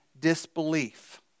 disbelief